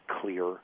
clear